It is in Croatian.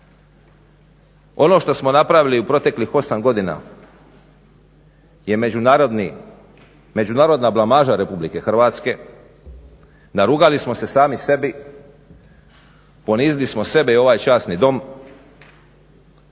Ono što smo napravili u proteklih 8 godina je međunarodna blamaža Republike Hrvatske, narugali smo se sami sebi, ponizili smo sebe i ovaj časni dom.